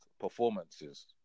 performances